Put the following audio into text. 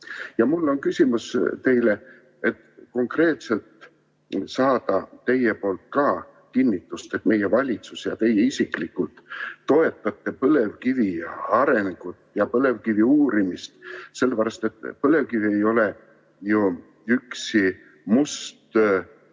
on küsimus teile, et konkreetselt saada teie poolt kinnitust, et meie valitsus ja teie isiklikult toetate põlevkivi arengut ja põlevkivi uurimist. Põlevkivi ei ole ju üksi must